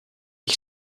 ich